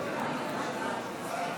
אני מתכבד להביא בפניכם את הצעת חוק הדרכונים